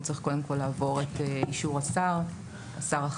צריך קודם כול לעבור את אישור השר החדש.